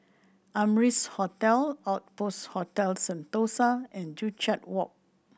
Amrise Hotel Outpost Hotel Sentosa and Joo Chiat Walk